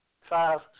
Five